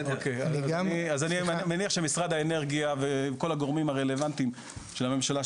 אז אני מניח שמשרד האנרגיה וכל הגורמים הרלוונטיים של הממשלה,